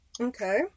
Okay